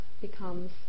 becomes